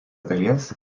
dalies